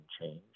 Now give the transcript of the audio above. change